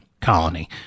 colony